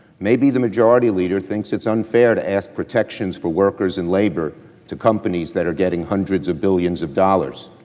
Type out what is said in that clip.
maybe the majority leader thinks it's unfair to ask protections for workers in labor to companies that are getting hundreds of billions of dollars.